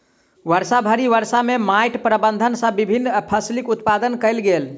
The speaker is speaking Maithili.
वर्षभरि वर्ष में माइट प्रबंधन सॅ विभिन्न फसिलक उत्पादन कयल गेल